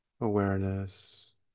awareness